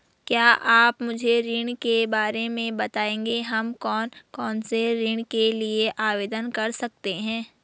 क्या आप मुझे ऋण के बारे में बताएँगे हम कौन कौनसे ऋण के लिए आवेदन कर सकते हैं?